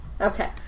Okay